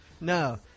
No